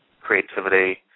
creativity